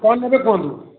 କ'ଣ ନେବେ କୁହନ୍ତୁ